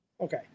Okay